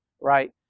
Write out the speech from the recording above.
right